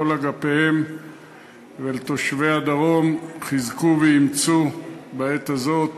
אגפיהם ולתושבי הדרום: חזקו ואמצו בעת הזאת.